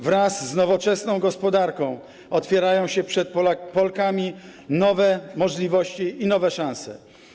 Wraz z nowoczesną gospodarką otwierają się przed Polkami nowe możliwości i nowe szanse.